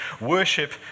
worship